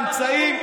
האמצעים,